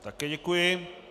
Také děkuji.